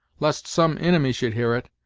lest some inimy should hear it,